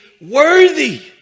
worthy